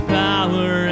power